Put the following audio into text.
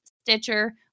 Stitcher